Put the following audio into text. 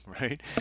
right